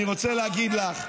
אני רוצה להגיד לך,